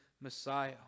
Messiah